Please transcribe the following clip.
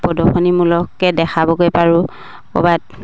প্ৰদৰ্শনীমূলকে দেখাবগে পাৰোঁ ক'ৰবাত